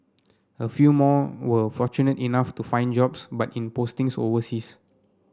a few more were fortunate enough to find jobs but in postings overseas